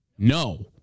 No